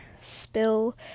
spill